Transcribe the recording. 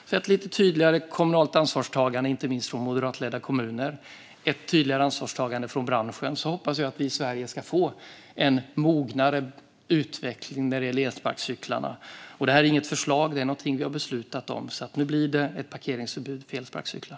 Med ett lite tydligare kommunalt ansvarstagande från inte minst moderatledda kommuner och ett tydligare ansvarstagande från branschen hoppas jag att vi i Sverige ska få en mognare utveckling när det gäller elsparkcyklarna. Det här är inget förslag. Det är något vi har beslutat om. Nu blir det ett parkeringsförbud för elsparkcyklar.